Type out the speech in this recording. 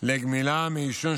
לגמילה מעישון,